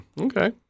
Okay